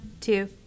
two